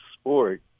sport